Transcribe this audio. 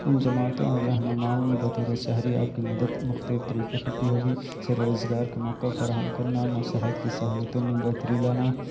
ان جماعتوں اور رہنماؤں نے بطورِ شہری آپ کی مدد مختلف طریقوں سے کی ہوگی جیسے روزگار کا موقع فراہم کرنا صحت کی سہولتوں میں بہتری لانا